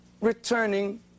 returning